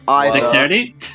Dexterity